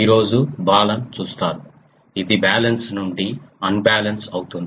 ఈ రోజు బాలన్ చూస్తారు ఇది బ్యాలెన్స్డ్ నుండి ఆన్బ్యాలెన్స్డ్ అవుతుంది